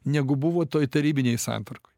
negu buvo toj tarybinėj santvarkoj